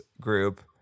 group